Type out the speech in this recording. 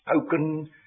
spoken